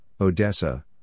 Odessa